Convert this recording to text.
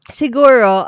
siguro